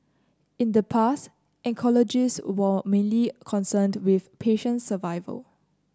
in the past oncologists were mainly concerned with patient survival